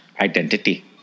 Identity